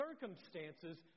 circumstances